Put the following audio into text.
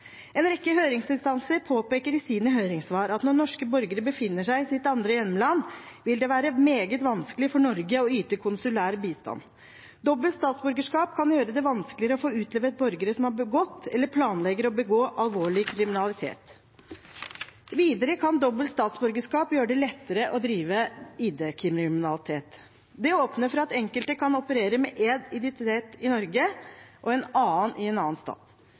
En rekke høringsinstanser påpeker i sine høringssvar at når norske borgere befinner seg i sitt andre hjemland, vil det være meget vanskelig for Norge å yte konsulær bistand. Dobbelt statsborgerskap kan gjøre det vanskeligere å få utlevert borgere som har begått eller planlegger å begå alvorlig kriminalitet. Videre kan dobbelt statsborgerskap gjøre det lettere å drive ID-kriminalitet. Det åpner for at enkelte kan operere med én identitet i Norge og en annen i en annen stat.